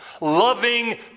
loving